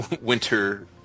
winter